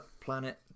Planet